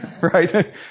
right